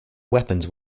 weapons